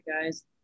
guys